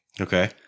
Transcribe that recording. Okay